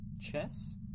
Chess